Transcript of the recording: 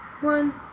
one